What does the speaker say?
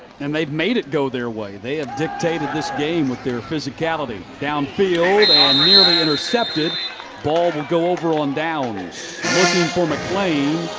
and they've made it go their way. they have dictated this game with their physicality. down field um nearly intercepted. the ball will go over on downs. looking for mcclain.